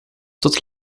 tot